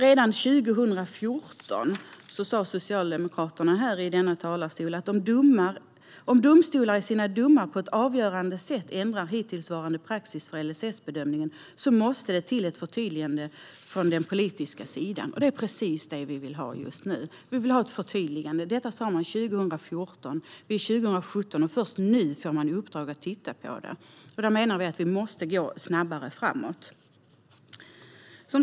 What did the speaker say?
Redan 2014 sa Socialdemokraterna i denna talarstol: Om domstolar i sina domar på ett avgörande sätt ändrar hittillsvarande praxis för LSS-bedömningen måste det till ett förtydligande från den politiska sidan. Det är precis det vi vill ha just nu. Vi vill ha ett förtydligande. Detta sa man 2014. Det är nu 2017, och först nu får man i uppdrag att titta på det. Vi menar att vi måste gå snabbare framåt.